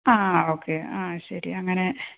ആ ഓക്കെ ആ ശരി അങ്ങനെ